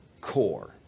core